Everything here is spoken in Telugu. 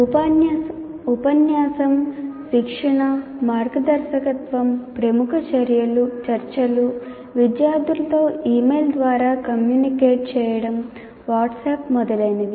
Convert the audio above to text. ఉపన్యాసం విద్యార్థులతో ఇమెయిల్ ద్వారా కమ్యూనికేట్ చేయడం వాట్సాప్ మొదలైనవి